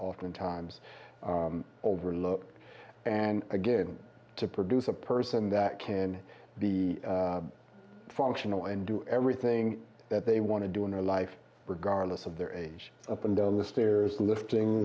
oftentimes overlooked and again to produce a person that can be functional and do everything that they want to do in their life regardless of their age up and down the stairs lifting